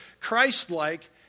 Christ-like